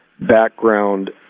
background